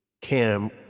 Cam